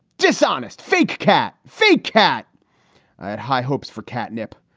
dishonest fake cat, fake cat had high hopes for catnip.